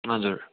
हजुर